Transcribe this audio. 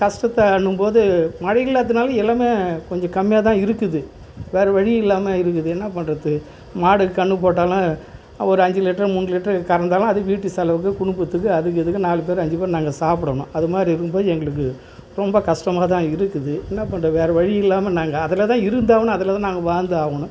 கஷ்டத்தனும்போது மழை இல்லாத்துனால் எல்லாமே கொஞ்சம் கம்மியாக தான் இருக்குது வேறு வழி இல்லாமல் இருக்குது என்ன பண்ணுறது மாடு கன்று போட்டாலும் ஒரு அஞ்சு லிட்ரு மூணு லிட்ரு கறந்தாலும் அது வீட்டு செலவுக்கு குடும்பத்துக்கு அதுக்கு இதுக்கு நாலு பேர் அஞ்சு பேர் நாங்கள் சாப்பிடணும் அது மாதிரி இருக்கும்போது எங்களுக்கு ரொம்ப கஷ்டமா தான் இருக்குது என்ன பண்ணுறது வேறு வழி இல்லாமல் நாங்கள் அதில் தான் இருந்தாகணும் அதில் தான் நாங்கள் வாழ்ந்தாகணும்